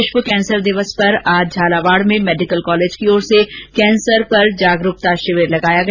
विश्व कैंसर दिवस पर आज झालावाड में मेडिकल कॉलेज की ओर से कैंसर और जागरूकता शिविर लगाया गया